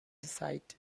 site